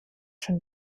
schon